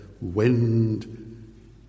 wind